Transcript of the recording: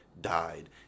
died